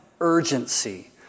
urgency